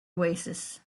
oasis